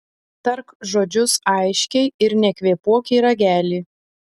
tark žodžius aiškiai ir nekvėpuok į ragelį